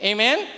Amen